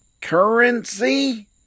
Currency